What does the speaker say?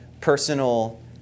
personal